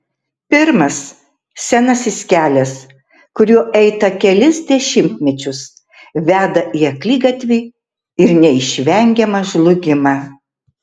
pirmas senasis kelias kuriuo eita kelis dešimtmečius veda į akligatvį ir neišvengiamą žlugimą